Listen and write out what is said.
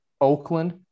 Oakland